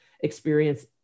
experience